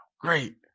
Great